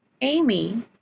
Amy